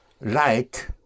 light